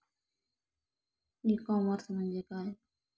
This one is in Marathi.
ई कॉमर्स म्हणजे काय?